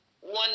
one